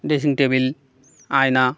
dressing table আয়না